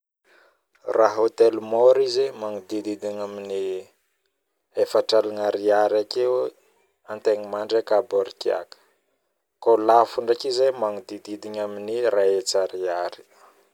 Raha hotely mora izy e, magnodidigny 40000 AR akeo antaigna mandry aka borikiaka raha lafo ndraiky izy e magnodidigny 100000ar